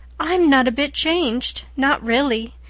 i'm not a bit changed not really.